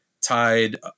tied